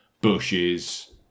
bushes